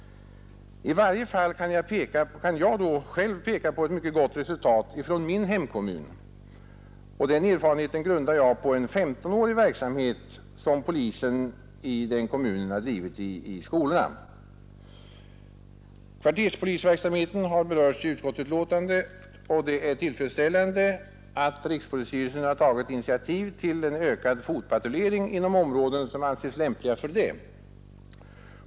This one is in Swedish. I varje fall kan jag själv peka på ett mycket gott resultat i min hemkommun. Min erfarenhet är grundad på en verksamhet som polisen i den kommunen har bedrivit i skolorna under 15 år. Kvarterspolisverksamheten har berörts i utskottsbetänkandet. Det är tillfredsställande att rikspolisstyrelsen har tagit initiativ till ökad fotpatrullering inom områden som anses lämpliga härför.